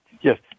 Yes